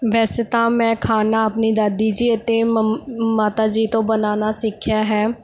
ਵੈਸੇ ਤਾਂ ਮੈਂ ਖਾਣਾ ਆਪਣੀ ਦਾਦੀ ਜੀ ਅਤੇ ਮੰਮੀ ਮਾਤਾ ਜੀ ਤੋਂ ਬਣਾਉਣਾ ਸਿੱਖਿਆ ਹੈ